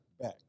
back